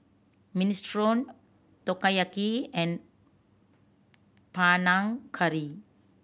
Minestrone Takoyaki and Panang Curry